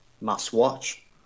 must-watch